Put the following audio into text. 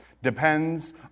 Depends